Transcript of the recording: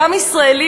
גם ישראלים,